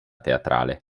teatrale